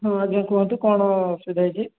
ହଁ ଆଜ୍ଞା କୁହନ୍ତୁ କ'ଣ ଅସୁବିଧା ହେଇଛି